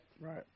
Right